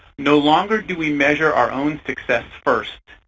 no longer do we measure our own success first,